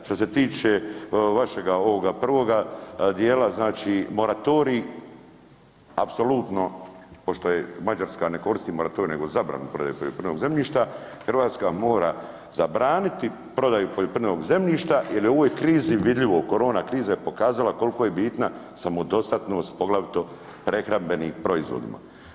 Što se tiče vašega ovoga prvoga dijela, znači moratorij apsolutno pošto je Mađarska ne koristi moratorij nego zabranu poljoprivrednog zemljišta, Hrvatska mora zabraniti prodaju poljoprivrednoga zemljišta jer je u ovoj krizi vidljivo, korona kriza je pokazala koliko je bitna samodostatnost poglavito prehrambenim proizvodima.